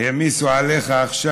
העמיסו עליך עכשיו.